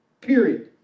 Period